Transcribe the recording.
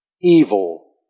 evil